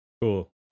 Cool